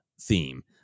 theme